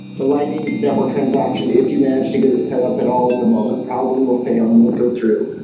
the lightning network transaction if you manage to get it set so up at all at the moment, probably will fail and won't go through.